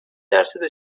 درصد